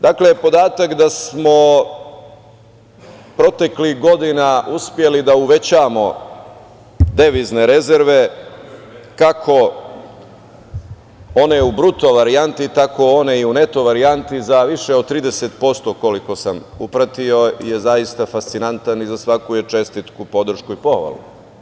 Dakle, podatak da smo proteklih godina uspeli da uvećamo devizne rezerve, kako one u bruto varijanti tako one i u neto varijanti za više od 30% koliko sam pratio je zaista fascinantan i za svaku je čestitku, podršku i pohvalu.